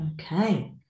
Okay